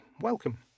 welcome